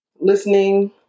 listening